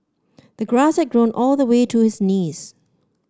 the grass had grown all the way to his knees